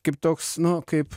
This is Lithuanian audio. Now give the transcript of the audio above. kaip toks nu kaip